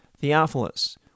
Theophilus